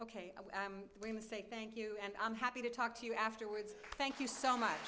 mistake thank you and i'm happy to talk to you afterwards thank you so much